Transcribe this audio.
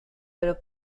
pero